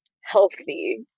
healthy